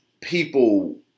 people